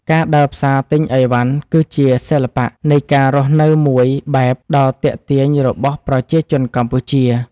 ការដើរផ្សារទិញអីវ៉ាន់គឺជាសិល្បៈនៃការរស់នៅមួយបែបដ៏ទាក់ទាញរបស់ប្រជាជនកម្ពុជា។